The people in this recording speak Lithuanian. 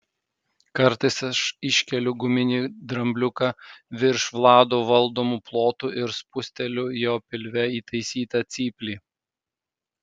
kartais aš iškeliu guminį drambliuką virš vlado valdomų plotų ir spusteliu jo pilve įtaisytą cyplį